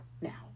now